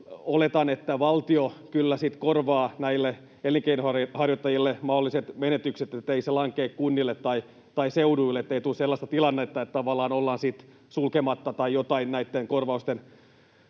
sitten korvaa näille elinkeinonharjoittajille mahdolliset menetykset, ettei se lankea kunnille tai seuduille, ettei tule sellaista tilannetta, että tavallaan ollaan sitten sulkematta tai jotain näitten korvausten